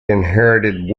inherited